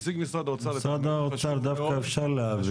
משרד האוצר, דווקא אפשר להבין.